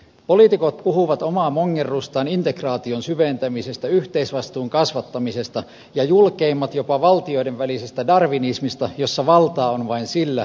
poliitikot puhuvat omaa mongerrustaan integraation syventämisestä yhteisvastuun kasvattamisesta ja julkeimmat jopa valtioiden välisestä darwinismista jossa valtaa on vain sillä jolla on rahaa